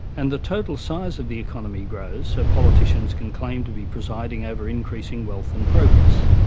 and the total size of the economy grows, so politicians can claim to be presiding over increasing wealth and progress.